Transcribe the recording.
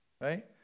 Right